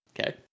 okay